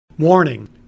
Warning